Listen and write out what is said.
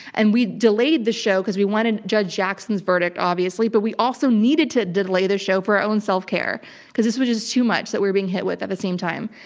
and we delayed the show cause we wanted judge jackson's verdict, obviously, but we also needed to delay the show for our own self-care because this was just too much that we were being hit with at the same time.